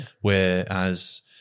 Whereas